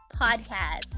Podcast